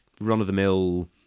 run-of-the-mill